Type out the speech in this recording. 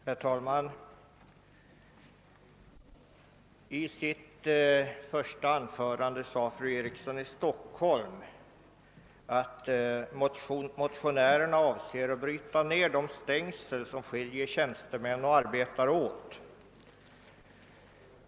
Herr talman! I sitt första anförande sade fru Eriksson i Stockholm, att motionärerna avser att bryta ned de stängsel som skiljer tjänstemän och arbetare.